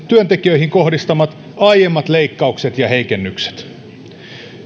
työntekijöihin kohdistamat leikkaukset ja heikennykset